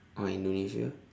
oh indonesia